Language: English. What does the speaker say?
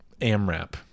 AMRAP